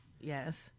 Yes